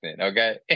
okay